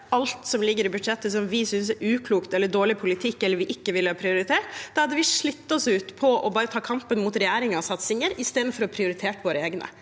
alt som ligger i budsjettet som vi synes er uklokt eller dårlig politikk, eller som vi ikke ville ha prioritert, hadde vi slitt oss ut bare på å ta kampen mot regjeringens satsinger istedenfor å prioritere våre egne.